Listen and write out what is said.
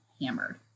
hammered